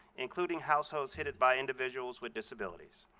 including households headed by individuals with disabilities.